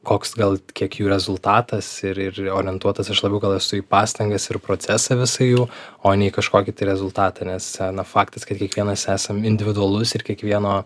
koks gal kiek jų rezultatas ir ir orientuotas aš labiau gal esu į pastangas ir procesą visą jų o ne į kažkokį tai rezultatą nes faktas kad kiekvienas esam individualus ir kiekvieno